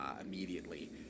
immediately